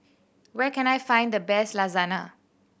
where can I find the best Lasagna